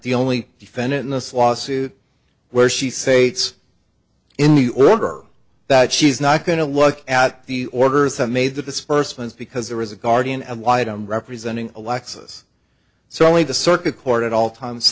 the only defendant in this lawsuit where she sates in the order that she's not going to look at the orders that made the dispersement because there was a guardian ad litum representing a lexus so only the circuit court at all times